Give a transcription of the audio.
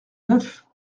neuf